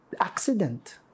accident